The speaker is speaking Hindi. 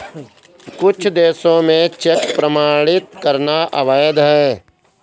कुछ देशों में चेक प्रमाणित करना अवैध है